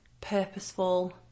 purposeful